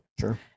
Sure